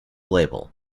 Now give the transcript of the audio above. label